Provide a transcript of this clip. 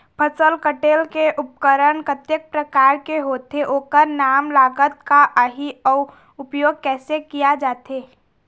फसल कटेल के उपकरण कतेक प्रकार के होथे ओकर नाम लागत का आही अउ उपयोग कैसे किया जाथे?